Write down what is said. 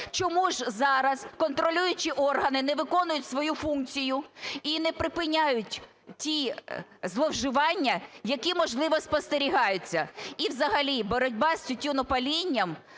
Чому ж зараз контролюючі органи не виконують свою функцію і не припиняють ті зловживання, які, можливо, спостерігаються? І взагалі боротьба з тютюнопалінням